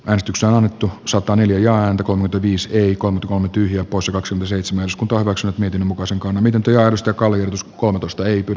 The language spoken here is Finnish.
äänestys on annettu sataneljä ja häntä kommentoivien seicon on tyhjä poissa kaksi mese itse myös kuntoillakseen miten muka sen koon miten työlästä kaljus kohotusteipin